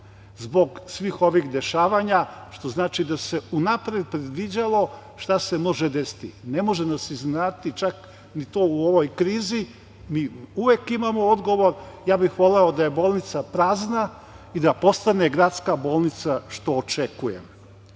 zbog svih ovih dešavanja, što znači da se unapred predviđalo, šta se može desiti, ne može nas iznenaditi čak ni to u ovoj krizi. Mi uvek imamo odgovor. Ja bih voleo da je bolnica prazna i da postane gradska bolnica, što očekujem. Naravno,